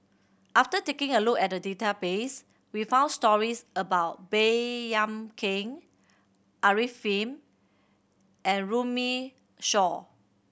after taking a look at the database we found stories about Baey Yam Keng Arifin and Runme Shaw